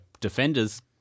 defenders